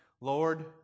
Lord